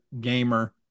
gamer